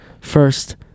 first